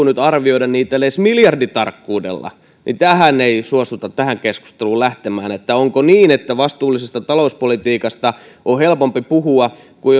nyt arvioida niitä edes miljarditarkkuudella niin tähän keskusteluun ei suostuta lähtemään onko niin että vastuullisesta talouspolitiikasta on helpompi puhua kun